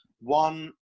one